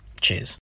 Cheers